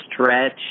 stretch